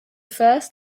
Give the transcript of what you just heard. first